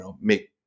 make